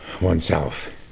oneself